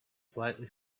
slightly